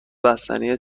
بستنی